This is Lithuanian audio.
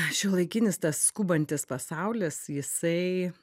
šiuolaikinis tas skubantis pasaulis jisai